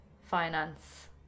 finance